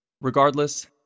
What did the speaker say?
Regardless